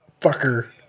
fucker